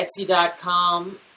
etsy.com